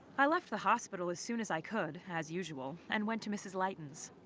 i left the hospital as soon as i could, as usual, and went to mrs. lightens.